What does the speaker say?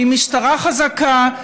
עם משטרה חזקה,